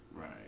Right